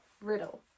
riddle